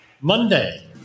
Monday